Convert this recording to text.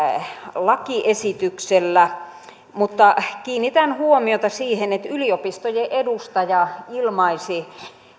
lakiesityksellä mutta kiinnitän huomiota siihen että yliopistojen edustaja ilmaisi